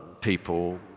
people